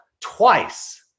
twice